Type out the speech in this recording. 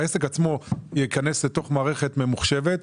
העסק עצמו ייכנס לתוך מערכת ממוחשבת,